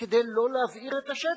כדי לא להבעיר את השטח.